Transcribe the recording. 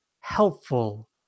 helpful